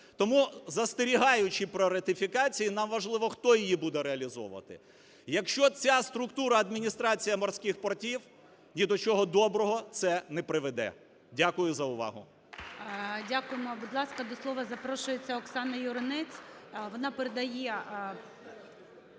Тому, застерігаючи про ратифікацію, нам важливо, хто її буде реалізовувати? Якщо ця структура "Адміністрація морських портів" – ні до чого доброго це не приведе. Дякую за увагу.